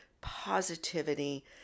positivity